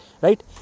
right